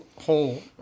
whole